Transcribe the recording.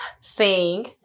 sing